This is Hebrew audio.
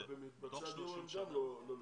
ובמקבצי הדיור הם גם לא לבד.